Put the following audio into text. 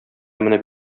менеп